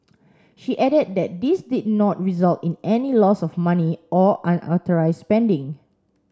she added that this did not result in any loss of money or unauthorised spending